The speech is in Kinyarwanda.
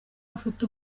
afite